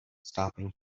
stopping